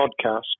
podcast